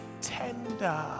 tender